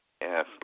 Yes